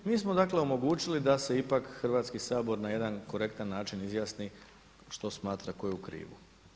Mi smo dakle omogućili da se ipak Hrvatski sabor na jedan korektan način izjasni što smatra tko je u krivu.